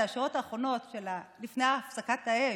זה השעות האחרונות שלפני הפסקת האש.